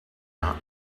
not